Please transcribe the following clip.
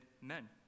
men